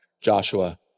Joshua